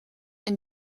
een